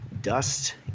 Dust